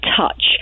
touch